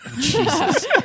Jesus